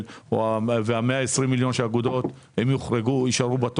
וה-120 מיליון שהאגודות אמורות לקבל,